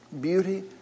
beauty